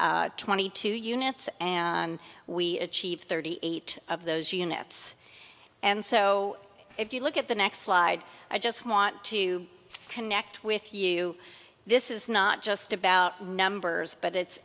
twenty two units and we achieved thirty eight of those units and so if you look at the next slide i just want to connect with you this is not just about numbers but it's